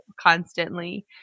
constantly